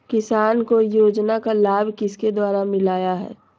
किसान को योजना का लाभ किसके द्वारा मिलाया है?